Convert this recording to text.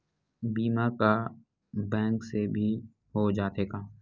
बीमा का बैंक से भी हो जाथे का?